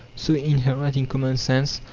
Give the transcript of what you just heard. so inherent in common sense,